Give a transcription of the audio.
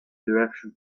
direction